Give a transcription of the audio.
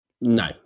No